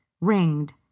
ringed